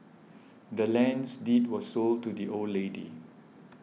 the land's deed was sold to the old lady